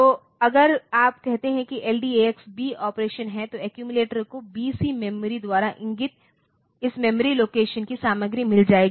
तो अगर आप कहते हैं कि LDAX B ऑपरेशन है तो एक्यूमिलेटर को BC मेमोरी द्वारा इंगित इस मेमोरी लोकेशन की सामग्री मिल जाएगी